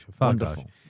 Wonderful